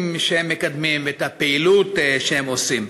שהם מקדמים ואת הפעילות שהם עושים.